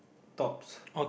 tops